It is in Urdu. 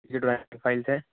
یہ ڈرائنگ کی فائلس ہے